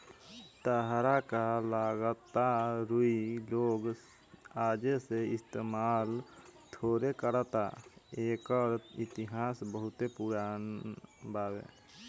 ताहरा का लागता रुई लोग आजे से इस्तमाल थोड़े करता एकर इतिहास बहुते पुरान बावे